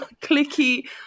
clicky